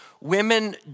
women